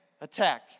attack